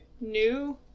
new